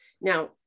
Now